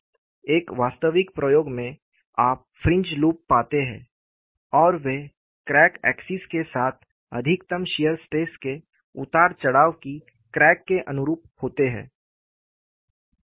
एक वास्तविक प्रयोग में आप फ्रिंज लूप पाते हैं और वे क्रैक एक्सिस के साथ अधिकतम शियर स्ट्रेस के उतार चढ़ाव की क्रैक के अनुरूप होते हैं